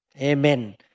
Amen